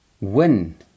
win